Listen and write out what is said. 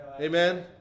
Amen